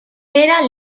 era